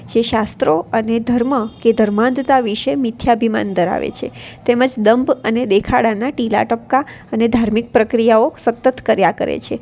જે શાસ્ત્રો અને ધર્મ કે ધર્માંધતા વિષે મિથ્યાભિમાન ધરાવે છે તેમજ દંભ અને દેખાળાના ટીલા ટપકા અને ધાર્મિક પ્રક્રિયાઓ સતત કર્યા કરે છે